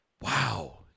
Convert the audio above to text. Wow